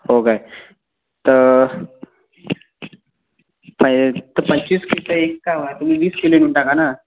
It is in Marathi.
हो काय तर प पस्तीस एक का तुम्ही वीस किलो घेऊन टाका ना